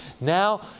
Now